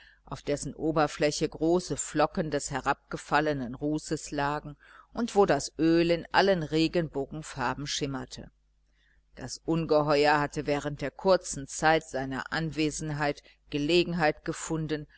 auf dessen oberfläche große flocken des herabgefallenen rußes lagen und wo das öl in allen regenbogenfarben schimmerte das ungeheuer hatte während der kurzen zeit seiner anwesenheit gelegenheit gefunden